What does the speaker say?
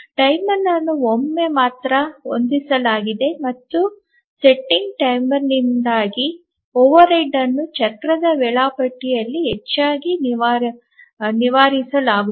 timer ಅನ್ನು ಒಮ್ಮೆ ಮಾತ್ರ ಹೊಂದಿಸಲಾಗಿದೆ ಮತ್ತು ಸೆಟ್ಟಿಂಗ್ ಟೈಮರ್ನಿಂದಾಗಿ ಓವರ್ಹೆಡ್ ಅನ್ನು ಚಕ್ರದ ವೇಳಾಪಟ್ಟಿಯಲ್ಲಿ ಹೆಚ್ಚಾಗಿ ನಿವಾರಿಸಲಾಗುತ್ತದೆ